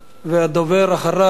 והדובר אחריו,